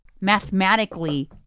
mathematically